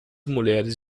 mulheres